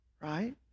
right